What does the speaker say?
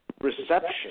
reception